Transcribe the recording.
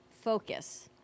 Focus